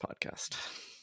podcast